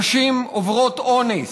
נשים עוברות אונס,